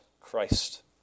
Christ